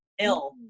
ill